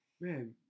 man